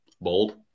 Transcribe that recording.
bold